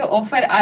offer